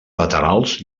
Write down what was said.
laterals